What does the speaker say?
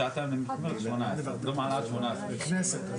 שממילא אמורה לקיים עליהן דיון ויהיה בסדר.